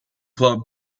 club